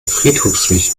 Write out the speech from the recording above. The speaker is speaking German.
friedhofsweg